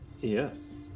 Yes